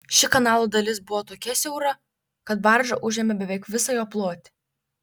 ši kanalo dalis buvo tokia siaura kad barža užėmė beveik visą jo plotį